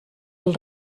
els